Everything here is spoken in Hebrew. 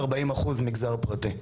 40% מגזר פרטי,